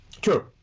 True